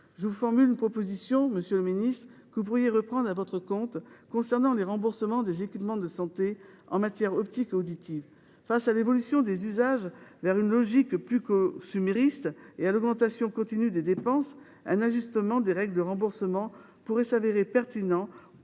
de vous faire une proposition, monsieur le ministre, que vous pourriez reprendre à votre compte, concernant le remboursement des équipements de santé en matière optique et auditive. Face à l’évolution des usages vers une logique plus consumériste et à l’augmentation continue des dépenses, un ajustement des règles de remboursement pourrait se révéler pertinent